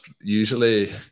Usually